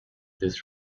this